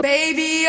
Baby